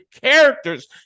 characters